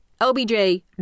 LBJ